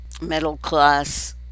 middle-class